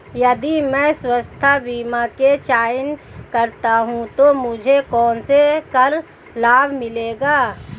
यदि मैं स्वास्थ्य बीमा का चयन करता हूँ तो मुझे कौन से कर लाभ मिलेंगे?